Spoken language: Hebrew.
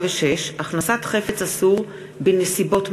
46) (הכנסת חפץ אסור בנסיבות מחמירות),